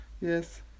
Yes